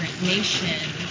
nation